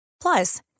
Plus